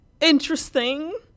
Interesting